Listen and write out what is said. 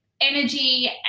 energy